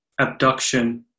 abduction